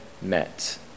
met